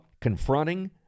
confronting